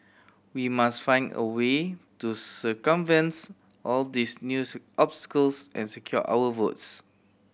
we must find a way to circumvents all these news obstacles and secure our votes